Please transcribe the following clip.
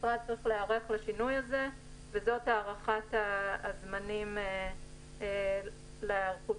המשרד צריך להיערך לשינוי הזה וזו הערכת הזמנים הנדרשים להיערכות.